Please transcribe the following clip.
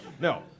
No